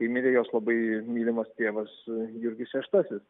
kai mirė jos labai mylimas tėvas jurgis šeštasis